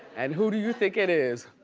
and who do you think it is?